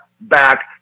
back